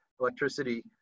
electricity